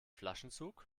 flaschenzug